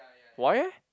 why eh